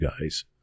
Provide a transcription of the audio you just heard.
guys